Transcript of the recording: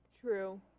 True